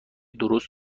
درست